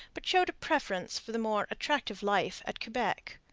but showed a preference for the more attractive life at quebec.